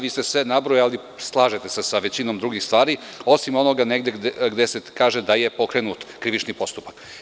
Vi ste sve nabrojali, slažete se sa većinom drugih stvari, osim onoga gde se kaže da je pokrenut krivični postupak.